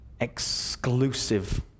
exclusive